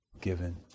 given